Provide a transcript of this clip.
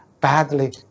badly